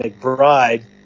Bride